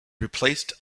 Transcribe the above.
replaced